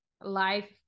life